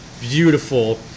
beautiful